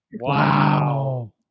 Wow